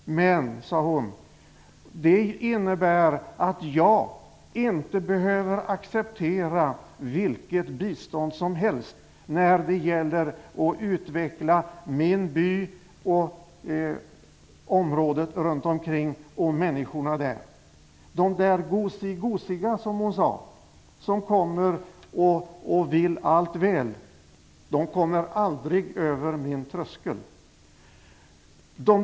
Men det innebär att jag inte behöver acceptera vilket bistånd som helst när det gäller att utveckla min by, området runt omkring och människorna där. De ''gosig-gosiga'', som hon sade, som kommer och vill allt väl kommer aldrig över min tröskel.